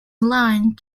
line